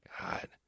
God